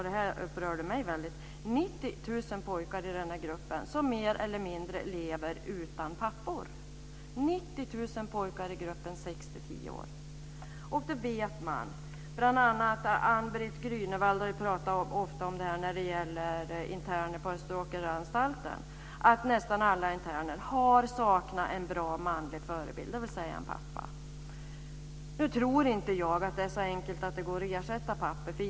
Det upprörde mig väldigt mycket att det är 90 000 pojkar i åldern 6-10 år som lever mer eller mindre utan pappor. Bl.a. har AnnBritt Grünewald talat väldigt ofta om interner på Österåkeranstalten. Nästan alla interner har saknat en bra manlig förebild, dvs. en pappa. Nu tror jag inte att det är så enkelt att det går att ersätta pappor.